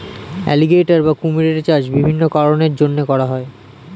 alligator বা কুমিরের চাষ বিভিন্ন কারণের জন্যে করা হয়